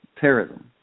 terrorism